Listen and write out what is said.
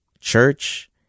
church